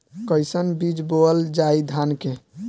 कईसन बीज बोअल जाई धान के?